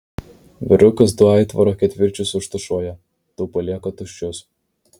vyrukas du aitvaro ketvirčius užtušuoja du palieka tuščius